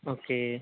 okay